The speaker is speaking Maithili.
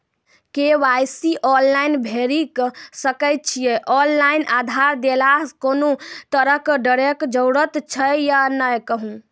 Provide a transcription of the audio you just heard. के.वाई.सी ऑनलाइन भैरि सकैत छी, ऑनलाइन आधार देलासॅ कुनू तरहक डरैक जरूरत छै या नै कहू?